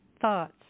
thoughts